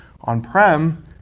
on-prem